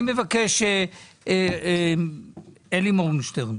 אלי מורגנשטרן,